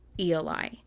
Eli